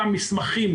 מסמכים,